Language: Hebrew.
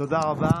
תודה רבה.